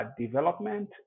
development